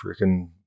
freaking